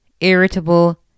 irritable